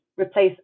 replace